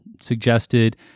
suggested